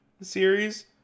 series